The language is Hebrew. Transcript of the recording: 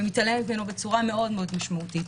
ומתעלמת ממנו בצורה מאוד מאוד משמעותית.